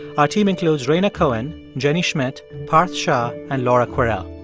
our team includes rhaina cohen, jenny schmidt, parth shah and laura kwerel.